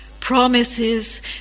Promises